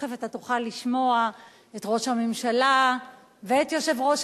ותיכף תוכל לשמוע את ראש הממשלה ואת